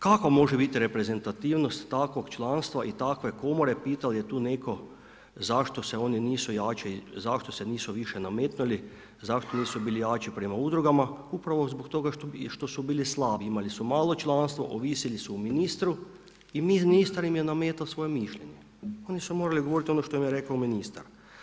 Kako može biti reprezentativnost takvog članstva i takve komore, pitao je tu netko, zašto se oni nisu jače, zašto se nisu više nametnuli, zašto nisu bili jači prema udrugama, upravo zbog toga što su bili slabi, imali su malo članstvo, ovisili su o ministru i ministar im je nametao svoje mišljenje, oni su morali govoriti ono što im je rekao ministar.